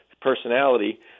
personality